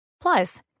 Plus